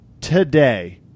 Today